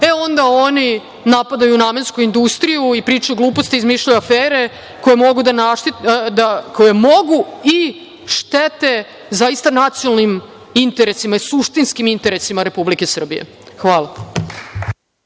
e onda oni napadaju namensku industriju i pričaju gluposti, izmišljaju afere koje mogu i štete zaista nacionalnim interesima, suštinskim interesima Republike Srbije. Hvala.